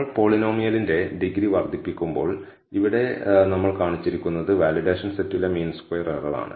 നമ്മൾ പോളിനോമിയലിന്റെ ഡിഗ്രി വർദ്ധിപ്പിക്കുമ്പോൾ ഇവിടെ നമ്മൾ കാണിച്ചിരിക്കുന്നത് വാലിഡേഷൻ സെറ്റിലെ മീൻ സ്ക്വയർ എറർ ആണ്